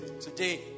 Today